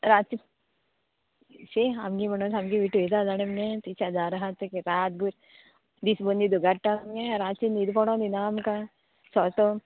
रातची शी आमगे म्हणून सामकी विटयता जाणा मगे ती शेजार आहा तेगे रातभर दीसभर न्हिदो काडटा आनी न्हीद पडो दिना आमकां सो तो